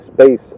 space